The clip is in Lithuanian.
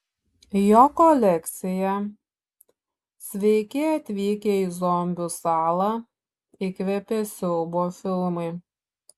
jo kolekciją sveiki atvykę į zombių salą įkvėpė siaubo filmai